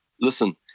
Listen